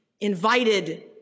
invited